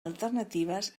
alternatives